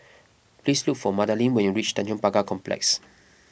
please look for Madaline when you reach Tanjong Pagar Complex